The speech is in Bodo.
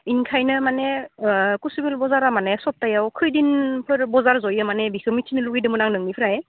इंखायनो माने कसुबिल बजारा माने सप्तायाव खैदिनफोर बजार जयो माने बेखो मिथिनो लुगैदोमोन आं नोंनिफ्राय